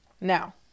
Now